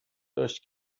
داشت